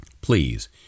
Please